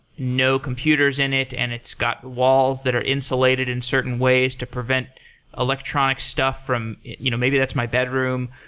no computers in it and its got walls that are insulated in certain ways to prevent electronic stuff from you know maybe that's my bedroom.